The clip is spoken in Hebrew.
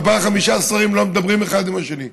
ארבעה-חמישה שרים לא מדברים אחד עם השני,